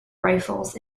rifles